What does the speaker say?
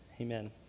Amen